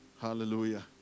Hallelujah